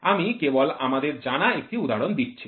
আমি কেবল আমাদের জানা একটি উদাহরণ দিচ্ছি